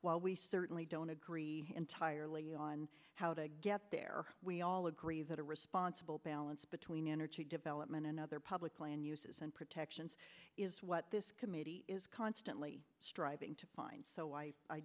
while we certainly don't agree entirely on how to get there we all agree that a responsible balance between energy development and other public land uses and protections is what this committee is constantly striving to find so i